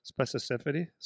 specificity